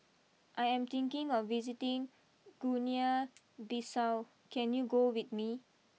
I am thinking of visiting Guinea Bissau can you go with me